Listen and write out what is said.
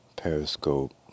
Periscope